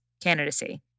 candidacy